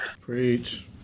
Preach